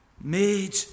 Made